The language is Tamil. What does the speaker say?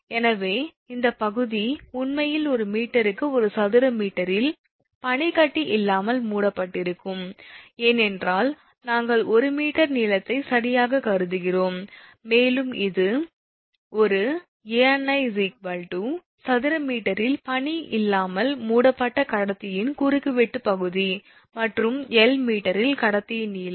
எனவே இந்தப் பகுதி உண்மையில் ஒரு மீட்டருக்கு ஒரு சதுர மீட்டரில் பனிக்கட்டி இல்லாமல் மூடப்பட்டிருக்கும் ஏனென்றால் நாங்கள் 1 மீட்டர் நீளத்தை சரியாகக் கருதுகிறோம் மேலும் இது ஒரு 𝐴𝑛𝑖 சதுர மீட்டரில் பனி இல்லாமல் மூடப்பட்ட கடத்தியின் குறுக்குவெட்டுப் பகுதி மற்றும் 𝑙 மீட்டரில் கடத்தியின் நீளம்